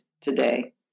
today